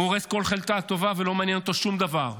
הוא הורס כל חלקה טובה, ולא מעניין אותו שום דבר.